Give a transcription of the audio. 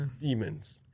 demons